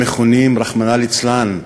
המכונים, רחמנא ליצלן,